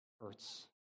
hurts